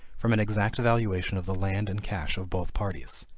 from an exact valuation of the land and cash of both parties.